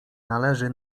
należy